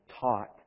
taught